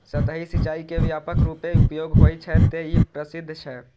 सतही सिंचाइ के व्यापक रूपें उपयोग होइ छै, तें ई प्रसिद्ध छै